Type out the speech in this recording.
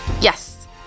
Yes